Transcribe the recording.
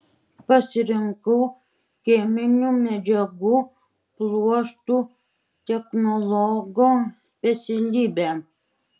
pasirinkau cheminių medžiagų pluoštų technologo specialybę